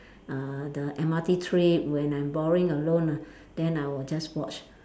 uh the M_R_T trip when I'm boring alone ah then I will just watch